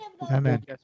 Amen